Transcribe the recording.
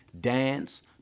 dance